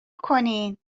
کنین